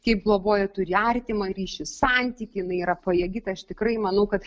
kaip globoja turi artimą ryšį santykį jinai yra pajėgi tą aš tikrai manau kad